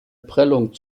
prellung